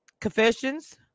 Confessions